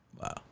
Wow